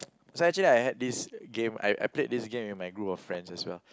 so actually I had this game I I played this game with my group of friends as well